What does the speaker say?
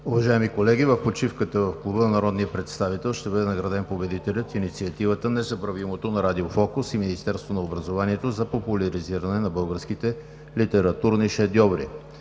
Уважаеми колеги, в почивката в Клуба на народния представител ще бъде награден победителят в инициативата „Незабравимото“ на радио „Фокус“ и Министерството на образованието за популяризиране на българските литературни шедьоври.